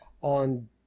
on